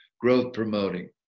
growth-promoting